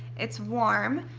it's warm.